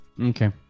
Okay